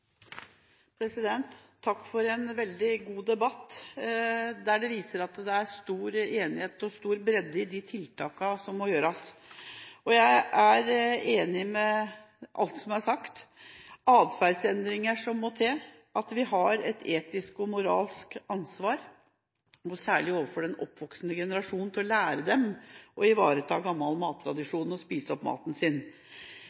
stor enighet om og stor bredde i de tiltakene som må gjøres. Jeg er enig i alt som er sagt – at atferdsendringer må til, at vi har et etisk og moralsk ansvar særlig overfor den oppvoksende generasjon, for å lære dem å ivareta gammel